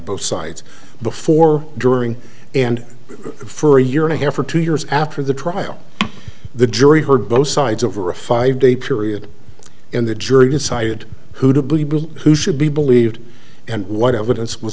both sides before during and for a year and a half or two years after the trial the jury heard both sides over a five day period in the jury decided who to believe who should be believed and what evidence w